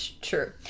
true